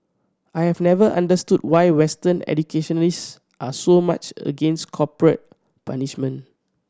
I have never understood why Western educationists are so much against corporal punishment